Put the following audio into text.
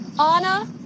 Anna